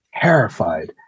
terrified